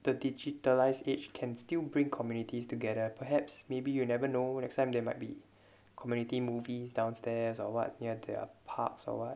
the digitalized age can still bring communities together perhaps maybe you'll never know well next time there might be community movies downstairs or what near their parks or what